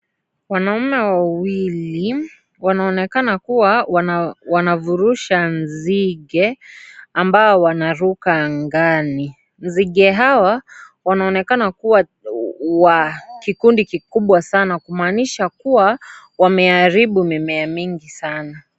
Wanaume wawili wanaonenakana kuwa wanavurusha nzige, ambao wanaruka angani. Nzige hawa wanaonekana kuwa wa kikundi kikubwa sana kumaanisha kuwa wameharibu mimea mingi sana.